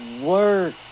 work